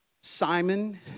Simon